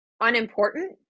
unimportant